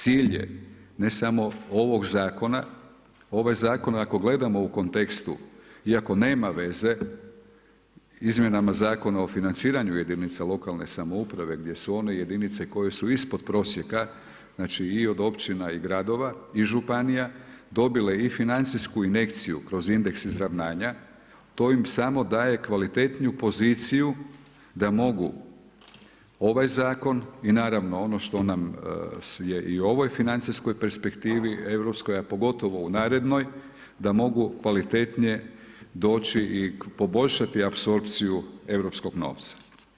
Cilj je ne samo ovog zakona, ovaj zakon ako gledamo u kontekstu iako nema veze izmjenama Zakona o financiranju jedinica lokalne samouprave gdje su one jedinice koje su ispod prosjeka i od općina i gradova i županija, dobile i financijsku injekciju kroz indeks izravnanja to im samo daje kvalitetniju poziciju da mogu ovaj zakon i naravno ono što nas je i u ovoj financijskoj perspektivi europskoj, a pogotovo u narednoj da mogu kvalitetnije doći i poboljšati apsorpciju europskog novca.